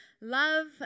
love